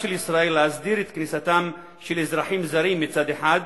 של ישראל להסדיר את כניסתם של אזרחים זרים מצד אחד,